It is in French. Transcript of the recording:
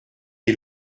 des